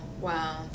wow